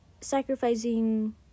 sacrificing